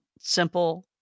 simple